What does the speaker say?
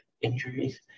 injuries